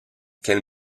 can